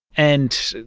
and